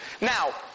Now